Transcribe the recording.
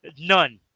None